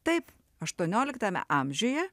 taip aštuonioliktame amžiuje